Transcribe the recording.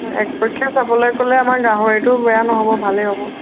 একপক্ষে চাবলৈ গ'লে আমাৰ গাহৰিটো বেয়া নহ'ব ভালেই হ'ব